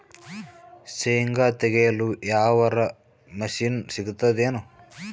ಶೇಂಗಾ ತೆಗೆಯಲು ಯಾವರ ಮಷಿನ್ ಸಿಗತೆದೇನು?